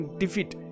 defeat।